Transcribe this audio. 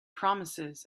promises